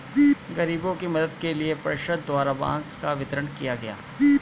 गरीबों के मदद के लिए पार्षद द्वारा बांस का वितरण किया गया